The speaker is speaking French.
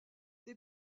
des